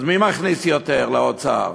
אז מי מכניס יותר לאוצר?